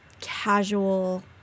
casual